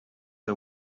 are